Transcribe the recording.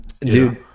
Dude